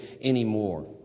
anymore